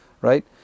right